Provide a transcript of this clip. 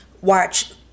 watch